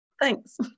thanks